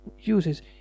uses